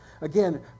Again